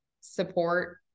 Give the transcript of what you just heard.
support